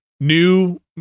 new